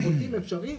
אם רוצים אפשרי.